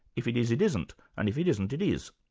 if it is, it isn't and if it isn't, it is.